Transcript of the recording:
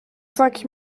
cinq